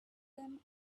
them